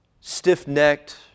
stiff-necked